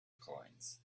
coins